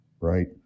right